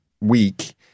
week